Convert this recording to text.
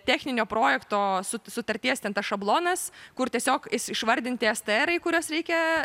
techninio projekto su sutarties ten tas šablonas kur tiesiog išvardinti strai kuriuos reikia